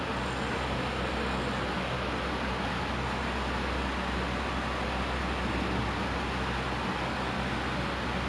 err I said to be invisible then they ask why then I say like I want to like pull prank on people or something